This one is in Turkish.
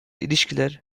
ilişkiler